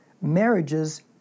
marriages